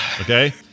Okay